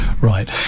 Right